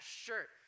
shirt